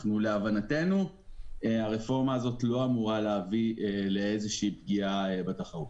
להבנתנו הרפורמה הזאת לא אמורה להביא לאיזושהי פגיעה בתחרות.